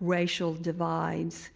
racial divides